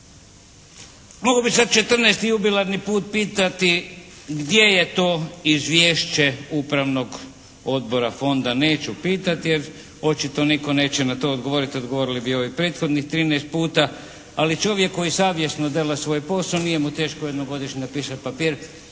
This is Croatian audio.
Mogu bih sad 14. jubilarni put pitati gdje je to izvješće Upravnog odbora fonda. Neću pitati jer očito nitko neće na to odgovoriti. Odgovorili bi ovih prethodnih 13 puta, ali čovjek koji savjesno dela svoj posao nije mu teško jednom godišnje napisati papir